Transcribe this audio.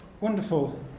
Wonderful